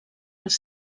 els